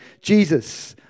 Jesus